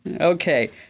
Okay